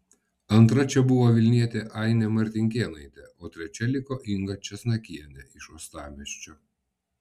antra čia buvo vilnietė ainė martinkėnaitė o trečia liko inga česnakienė iš uostamiesčio